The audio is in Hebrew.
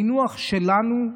המינוח שלנו,